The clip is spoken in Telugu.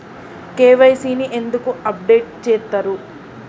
కే.వై.సీ ని ఎందుకు అప్డేట్ చేత్తరు?